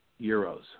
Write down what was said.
euros